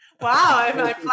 Wow